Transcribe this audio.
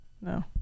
No